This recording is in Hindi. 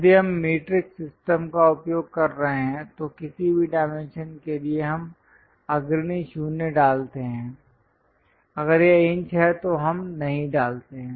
यदि हम मीट्रिक सिस्टम का उपयोग कर रहे हैं तो किसी भी डायमेंशन के लिए हम अग्रणी 0 डालते हैं अगर यह इंच है तो हम नहीं डालते हैं